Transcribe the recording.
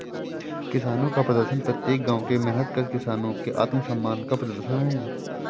किसानों का प्रदर्शन प्रत्येक गांव के मेहनतकश किसानों के आत्मसम्मान का प्रदर्शन है